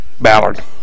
Ballard